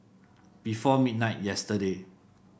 before midnight yesterday